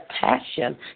passion